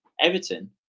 Everton